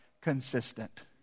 consistent